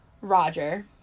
Roger